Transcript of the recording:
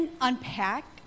unpack